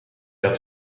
had